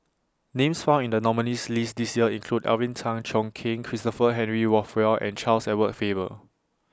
Names found in The nominees' list This Year include Alvin Tan Cheong Kheng Christopher Henry Rothwell and Charles Edward Faber